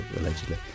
allegedly